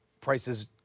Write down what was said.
prices